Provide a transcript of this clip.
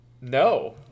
No